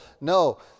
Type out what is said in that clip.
No